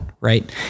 Right